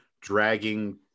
dragging